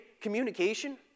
Communication